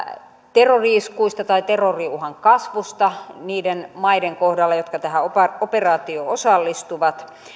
terrori iskuista tai terroriuhan kasvusta niiden maiden kohdalla jotka tähän operaatioon osallistuvat